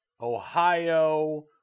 Ohio